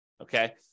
okay